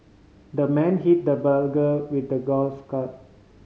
the man hit the burglar with a golf club